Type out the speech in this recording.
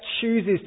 chooses